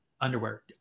underwear